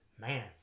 man